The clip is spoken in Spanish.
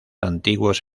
antiguos